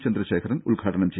ചന്ദ്രശേഖരൻ ഉദ്ഘാടനം ചെയ്യും